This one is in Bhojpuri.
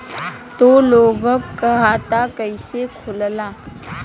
दो लोगक खाता कइसे खुल्ला?